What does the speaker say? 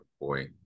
Boy